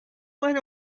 went